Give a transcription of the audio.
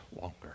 longer